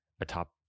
atop